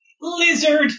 lizard